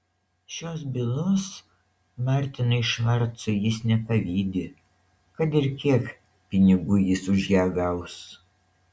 šios bylos martinui švarcui jis nepavydi kad ir kiek pinigų jis už ją gaus